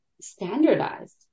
standardized